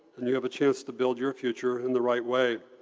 and you have a chance to build your future in the right way.